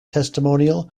testimonial